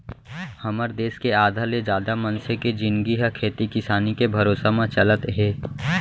हमर देस के आधा ले जादा मनसे के जिनगी ह खेती किसानी के भरोसा म चलत हे